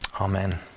Amen